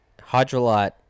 Hydrolite